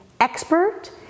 expert